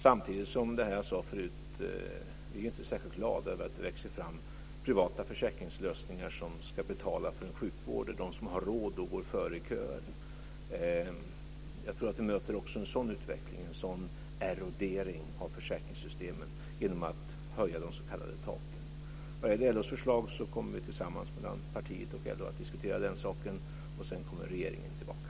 Samtidigt är vi, som jag sade förut, inte särskilt glada över att det växer fram privata försäkringslösningar som ska betala för en sjukvård där de som har råd går före i köer. Jag tror att vi möter också en sådan utveckling, en sådan erodering av försäkringssystemen, genom att höja de s.k. taken. Vad gäller LO:s förslag kommer vi tillsammans mellan partiet och LO att diskutera det här. Sedan kommer regeringen tillbaka.